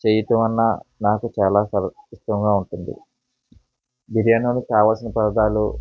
చేయడమన్నా నాకు చాలా స ఇష్టంగా ఉంటుంది బిర్యానీకి కావలసిన పదార్థాలు